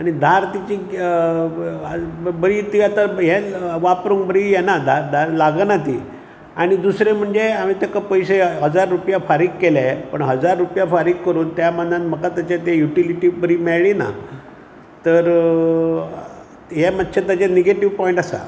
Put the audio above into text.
आनी धार तिची बरी ती आता ये वापरूंक बरी येना ती धार लागना ती आनी दुसरे म्हणजे हांवें ताका पयशे हजार रुपया फारीक केले पण हजार रुपया फारीक करून त्या मनान म्हाका त्यातेची युटीलिटी बरी मेळ्ळी ना तर हे मातशें ताजे नेगेटिव पाँट्स आसा